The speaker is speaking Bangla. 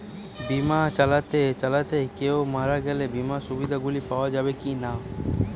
বিমা চালাতে চালাতে কেও মারা গেলে বিমার সুবিধা গুলি পাওয়া যাবে কি না?